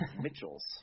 mitchell's